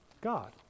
God